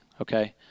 okay